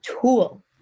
tool